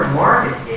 market